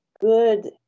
good